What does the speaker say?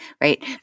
right